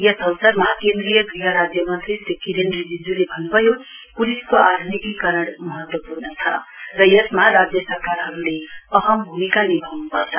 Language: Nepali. यस अवसरमा केन्द्रीय गृह राज्य मन्त्री श्री किरेन रिजिजूले भन्नुभयो पुलिसको आध्निकीकरण महत्वपूर्ण छ र यसमा राज्य सकरकारहरुले अहम् भूमिका निभाउन् पर्छ